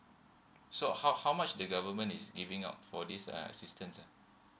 so how how much the government is giving out for this uh system ah